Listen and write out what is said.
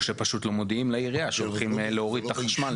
או שפשוט לא מודעים לעירייה שהולכים להוריד את החשמל